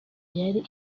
yari